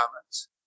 comments